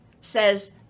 says